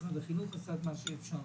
משרד החינוך עשה את מה שאפשר.